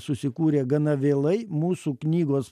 susikūrė gana vėlai mūsų knygos